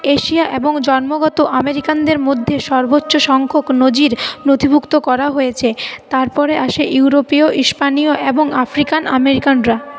Asia এবং জন্মগত আমেরিকানদের মধ্যে সর্বোচ্চ সংখ্যক নজির নথিভুক্ত করা হয়েছে তারপরে আসে ইউরোপীয় ইস্পানীয় এবং আফ্রিকান আমেরিকানরা